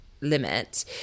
limit